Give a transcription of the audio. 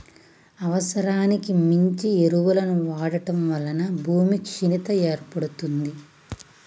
అవసరానికి మించి ఎరువులను వాడటం వలన భూమి క్షీణత ఏర్పడుతుంది